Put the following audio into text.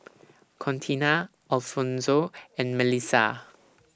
Contina Alfonzo and Mellissa